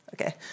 Okay